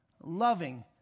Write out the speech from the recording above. loving